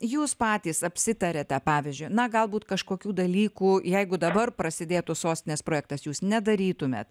jūs patys apsitarėte pavyzdžiui na galbūt kažkokių dalykų jeigu dabar prasidėtų sostinės projektas jūs nedarytumėt